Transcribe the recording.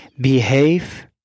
Behave